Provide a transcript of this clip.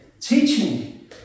Teaching